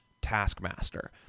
Taskmaster